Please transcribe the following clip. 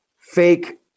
fake